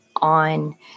on